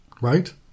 right